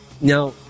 Now